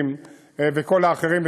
וסטודנטים וכל האחרים.